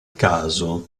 caso